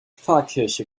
pfarrkirche